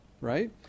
right